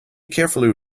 carefully